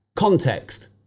Context